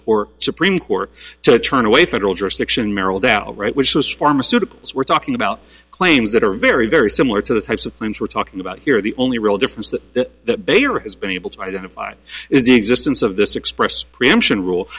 court supreme court turn away federal jurisdiction merril down right which was pharmaceuticals we're talking about claims that are very very similar to the types of claims we're talking about here the only real difference that bayer has been able to identify is the existence of this express preemption ru